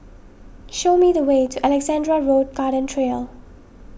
show me the way to Alexandra Road Garden Trail